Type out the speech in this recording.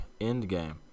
Endgame